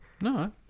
No